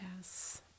Yes